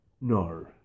No